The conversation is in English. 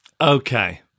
Okay